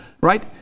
right